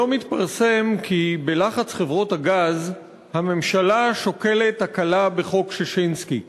היום התפרסם כי בלחץ חברות הגז הממשלה שוקלת הקלה בחוק ששינסקי: